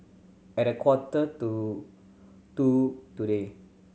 at a quarter to two today